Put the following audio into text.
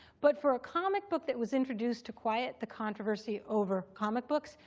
but for a comic book that was introduced to quiet the controversy over comic books,